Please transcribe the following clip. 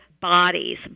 bodies